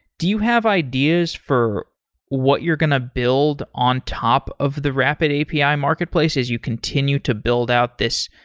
do you have ideas for what you're going to build on top of the rapidapi ah marketplace as you continue to build out this?